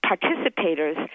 participators